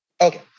Okay